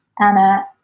Anna